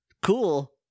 Cool